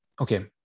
Okay